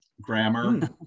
grammar